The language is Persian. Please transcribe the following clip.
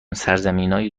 سرزمینای